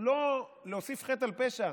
שלהוסיף חטא על פשע,